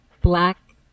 black